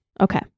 Okay